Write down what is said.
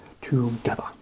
together